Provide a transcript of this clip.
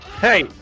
hey